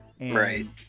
right